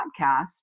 podcast